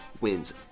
wins